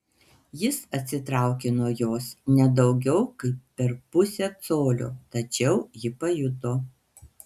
jis atsitraukė nuo jos ne daugiau kaip per pusę colio tačiau ji pajuto